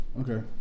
Okay